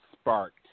sparked